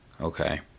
Okay